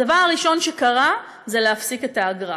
הדבר הראשון שקרה זה הפסקת האגרה,